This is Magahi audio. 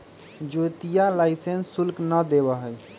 ज्योतिया लाइसेंस शुल्क ना देवा हई